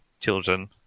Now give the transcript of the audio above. children